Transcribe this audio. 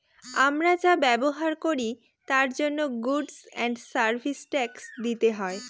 আমরা যা ব্যবহার করি তার জন্য গুডস এন্ড সার্ভিস ট্যাক্স দিতে হয়